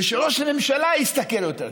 זה שראש הממשלה ישתכר יותר כסף,